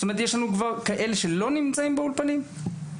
כלומר יש כאלה שלא מקבלים מענה?